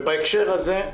ובהקשר הזה,